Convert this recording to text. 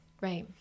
Right